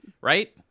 right